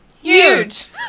huge